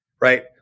right